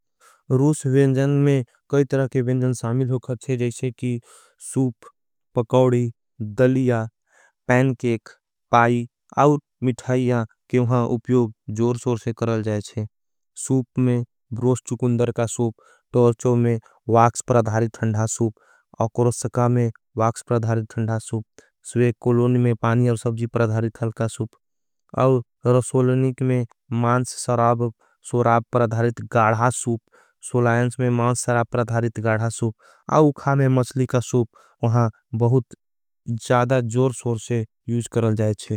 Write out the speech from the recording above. रूस वेंजन में कई तरह के वेंजन सामिल होगा चे जैसे की सूप, पकोड़ी, दलिया, पैंकेक, पाई, आउर मिठाईया के वहां उप्योब जोरशोर से करल जाएचे। सूप में ब्रोष चुकुंदर का सूप, टोर्चो में वाक्स प्रधारित हंड़ा सूप, करोशका में वाक्स प्रधारित हंड़ा सूप, स्वे कोलोनी में पानी और सबजी प्रधारित अलका सूप। रोसोलनीक में मांस सराब प्रधारित गाढा सूप, सोलायन्स में मांस सरा प्रधारित गाढा सूप, आउखा में मसली का सूप, वहाँ बहुत ज़्यादा जोर सोर्चे यूज़ करल जायेंचे।